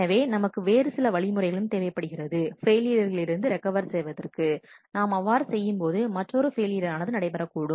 எனவே நமக்கு வேறு சில வழிமுறையும் தேவைப்படுகிறது ஃபெயிலியரலிருந்து ரெக்கவரி செய்வதற்கு நாம் அவ்வாறு செய்யும் போது மற்றொரு ஃபெயிலியரானது நடைபெறக் கூடும்